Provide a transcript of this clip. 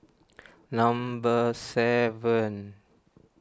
number seven